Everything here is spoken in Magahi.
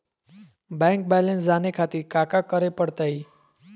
बैंक बैलेंस जाने खातिर काका करे पड़तई?